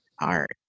art